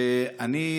ואני,